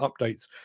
updates